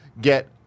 get